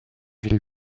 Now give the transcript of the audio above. ville